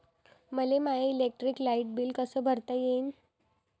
मले माय electric light bill कस भरता येईल?